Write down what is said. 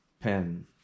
pen